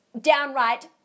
downright